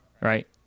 right